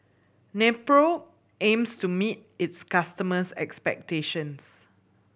Nepro aims to meet its customers' expectations